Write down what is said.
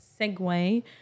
segue